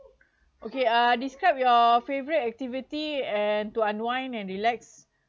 okay uh describe your favourite activity and to unwind and relax